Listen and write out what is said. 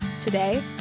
Today